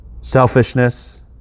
selfishness